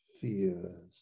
fears